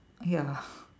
ya